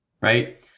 right